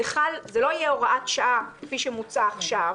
זה לא יהיה הוראת שעה כפי שמוצע עכשיו